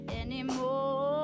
anymore